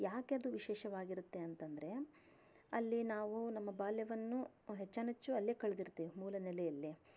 ಯಾಕೆ ಅದು ವಿಶೇಷವಾಗಿರತ್ತೆ ಅಂತಂದರೆ ಅಲ್ಲಿ ನಾವು ನಮ್ಮ ಬಾಲ್ಯವನ್ನು ಹೆಚ್ಚನಚ್ಚು ಅಲ್ಲೇ ಕಳೆದಿರ್ತೀವಿ ಮೂಲ ನೆಲೆಯಲ್ಲಿ